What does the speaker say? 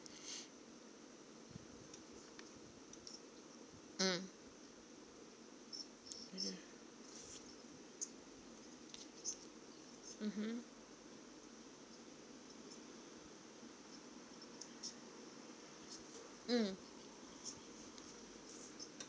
mm mmhmm mm